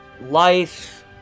life